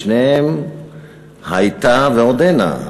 בשניהם הייתה ועודנה,